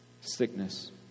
sickness